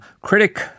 critic